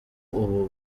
ubu